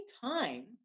time